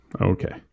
Okay